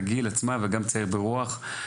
בגיל וברוח,